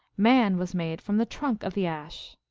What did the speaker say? man was made from the trunk of the ash.